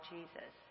Jesus